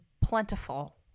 plentiful